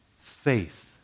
faith